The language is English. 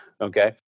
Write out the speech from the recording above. okay